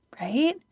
right